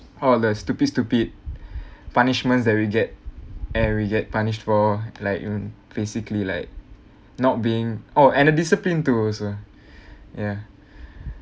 all of the stupid stupid punishments that we get and we get punished for like mm physically like not being oh and the discipline to also ya